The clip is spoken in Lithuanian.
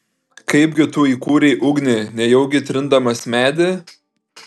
kaipgi tu įkūrei ugnį nejaugi trindamas medį